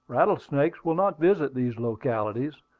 rattlesnakes will not visit these localities.